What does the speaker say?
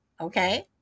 okay